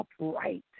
upright